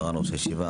מרן ראש הישיבה,